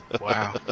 Wow